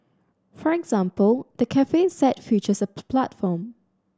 for example the cafe set features a platform